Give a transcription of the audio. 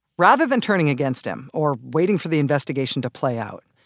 rather than turning against him or waiting for the investigation to play out,